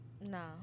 no